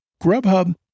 Grubhub